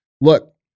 Look